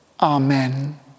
Amen